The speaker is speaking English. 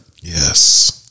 Yes